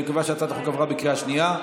אני קובע שהצעת החוק עברה בקריאה שנייה.